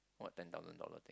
what ten thousand dollar thing